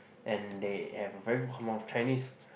and they have a very good command of Chinese